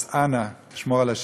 אז אנא, שמור על השקט.